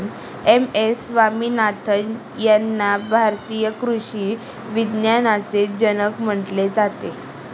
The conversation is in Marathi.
एम.एस स्वामीनाथन यांना भारतीय कृषी विज्ञानाचे जनक म्हटले जाते